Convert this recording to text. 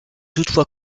toutefois